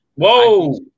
Whoa